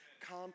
come